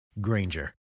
Granger